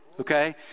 Okay